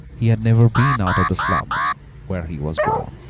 he had never been out of the slums where he was born,